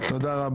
(היו"ר ינון אזולאי) תודה רבה.